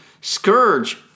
Scourge